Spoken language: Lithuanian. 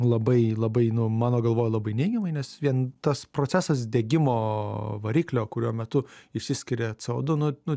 labai labai nu mano galvoj labai neigiamai nes vien tas procesas degimo variklio kurio metu išsiskiria co du nu nu